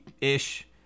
ish